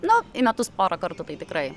nu į metus porą kartų tai tikrai